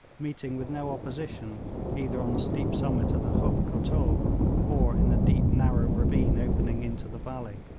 meeting with no opposition either on the steep summit of the huft kotul or in the deep narrow ravine opening into the valley.